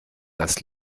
das